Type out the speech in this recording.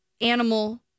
animal